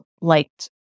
liked